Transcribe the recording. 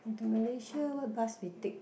to Malaysia what bus we take